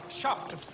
shocked